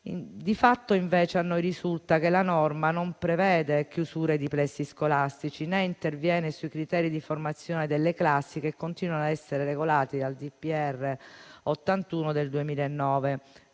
risulta agli interroganti che la norma non prevede chiusure di plessi scolastici né interviene sui criteri di formazione delle classi che continua ad essere regolata dal decreto del